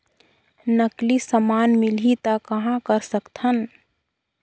नकली समान मिलही त कहां कर सकथन?